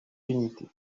d’unité